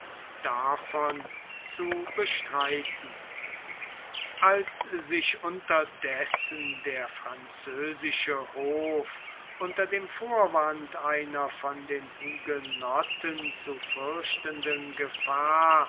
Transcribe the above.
davon zu bestreiten als sich unterdessen der französische hof unter dem vorwande einer von den hugenotten zu fürchtenden gefahr